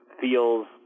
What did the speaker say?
feels